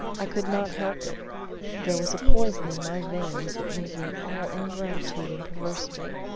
i could not help it there was a poison in my veins that made me all ingratitude and perversity.